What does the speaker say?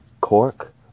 Cork